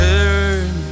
Turn